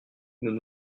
nous